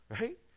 right